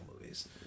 movies